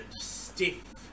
stiff